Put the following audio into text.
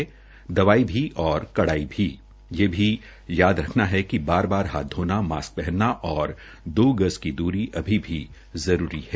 दवाई भी और कड़ाई भी यह भी याद रखना है कि बार बार हाथ धोना मास्क पहनना व दो गज की दूरी अभी भी जरूरी है